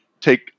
take